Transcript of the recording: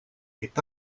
est